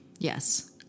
Yes